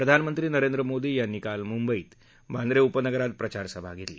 प्रधानमंत्री नरेंद्र मोदी यांनी काल मुंबईत बांद्र उपनगरात प्रचारसभा धेतली